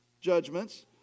judgments